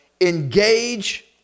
engage